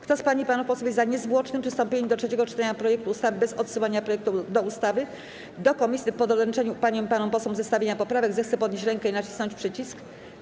Kto z pań i panów posłów jest za niezwłocznym przystąpieniem do trzeciego czytania projektu ustawy bez odsyłania projektu do komisji po doręczeniu paniom i panom posłom zestawienia poprawek, zechce podnieść rękę i nacisnąć przycisk.